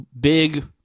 big